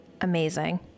Amazing